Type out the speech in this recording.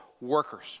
workers